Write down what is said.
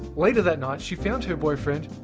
later that night, she found her boyfriend,